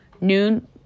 Noon